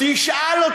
נא לסיים.